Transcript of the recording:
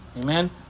Amen